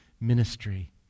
ministry